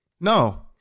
No